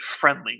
friendly